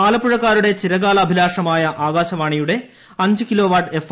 M ആലപ്പുഴക്കാരുടെ ചിരകാലഭിലാഷമായ ആകാശവാണിയുടെ അഞ്ചുകിലോ വാട്ട് എഫ്